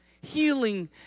healing